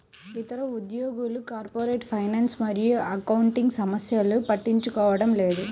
ఇతర ఉద్యోగులు corporate finance మరియు అకౌంటింగ్ సమస్యలను పట్టించుకోవడం లేదు